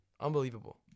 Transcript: Unbelievable